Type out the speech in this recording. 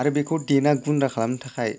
आरो बेखौ देना गुन्द्रा खालामनो थाखाय